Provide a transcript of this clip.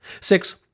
Six